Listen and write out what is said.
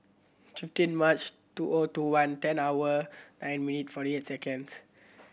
fifteen March two O two one ten hour nine minute forty eight seconds